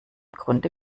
grunde